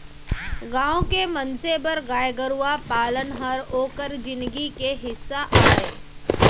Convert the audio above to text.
गॉँव के मनसे बर गाय गरूवा पालन हर ओकर जिनगी के हिस्सा अय